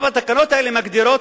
התקנות האלה מגדירות,